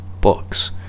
Books